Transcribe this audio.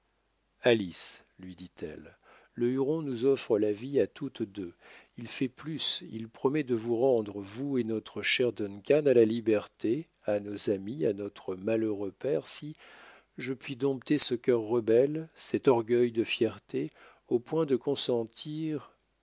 maternelle alice lui dit-elle le huron nous offre la vie à toutes deux il fait plus il promet de vous rendre vous et notre cher duncan à la liberté à nos amis à notre malheureux père si je puis dompter ce cœur rebelle cet orgueil de fierté au point de consentir